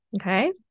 okay